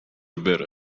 بره